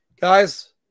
Guys